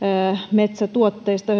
metsätuotteista